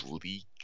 bleak